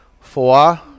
Four